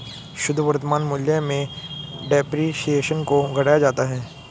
शुद्ध वर्तमान मूल्य में डेप्रिसिएशन को घटाया जाता है